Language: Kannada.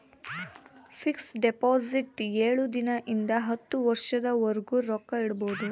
ಫಿಕ್ಸ್ ಡಿಪೊಸಿಟ್ ಏಳು ದಿನ ಇಂದ ಹತ್ತು ವರ್ಷದ ವರ್ಗು ರೊಕ್ಕ ಇಡ್ಬೊದು